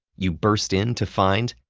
you burst in to find,